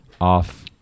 off